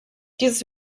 dieses